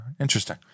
interesting